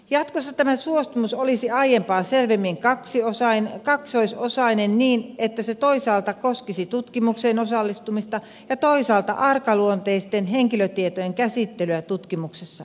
jatkossa tämä suostumus olisi aiempaa selvemmin kaksoisosainen niin että se toisaalta koskisi tutkimukseen osallistumista ja toisaalta arkaluonteisten henkilötietojen käsittelyä tutkimuksessa